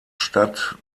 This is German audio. statt